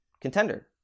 contender